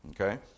Okay